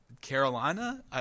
Carolina